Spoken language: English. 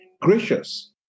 Gracious